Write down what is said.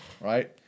right